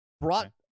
brought